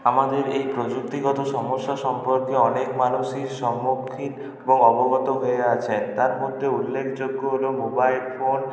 আমাদের এই প্রযুক্তিগত সমস্যা সম্পর্কে অনেক মানুষই সম্মুখীন এবং অবগত হয়ে আছেন তার মধ্যে উল্লেখযোগ্য হল মোবাইল ফোন